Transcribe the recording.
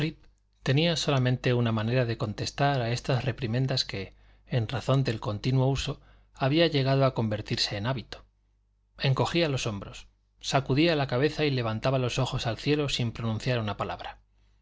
tenía solamente una manera de contestar a estas reprimendas que en razón del continuo uso había llegado a convertirse en hábito encogía los hombros sacudía la cabeza y levantaba los ojos al cielo sin pronunciar una palabra